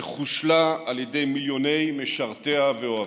שחושלה על ידי מיליוני משרתיה ואוהביה,